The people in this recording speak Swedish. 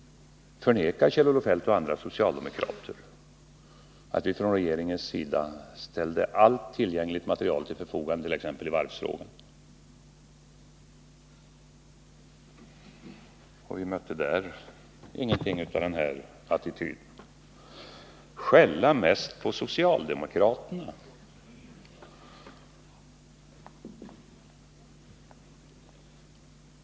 Förnekar Kjell-Olof Feldt och andra socialdemokrater att vi från regeringens sida ställde allt tillgängligt material till förfogande t.ex. i varvsfrågan? Vi mötte där ingenting av den här attityden. Sedan till frågan om vem som skäller mest på socialdemokraterna.